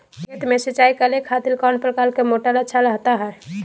खेत में सिंचाई करे खातिर कौन प्रकार के मोटर अच्छा रहता हय?